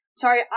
Sorry